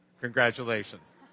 Congratulations